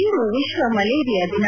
ಇಂದು ವಿಶ್ವ ಮಲೇರಿಯಾ ದಿನ